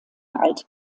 alte